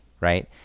right